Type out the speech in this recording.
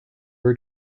ever